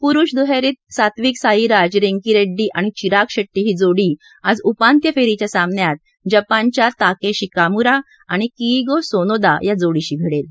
पुरुष दुहेरीत सात्विक साइराज रेंकीरेड्डी आणि चिराग शेट्टी ही जोड़ी आज उपांत्यफेरीच्या सामन्यात जपानच्या ताकेशी कामुरा आणि कीइगो सोनोदा या जोडीशी भिडेल